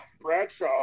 Bradshaw